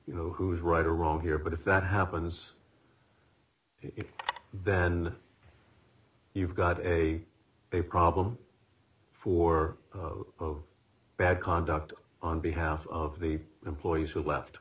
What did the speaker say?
you know who's right or wrong here but if that happens it then you've got a a problem for bad conduct on behalf of the employees who left